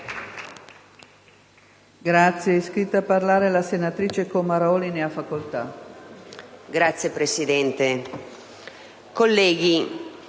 Grazie